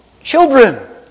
children